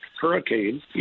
hurricane